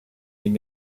den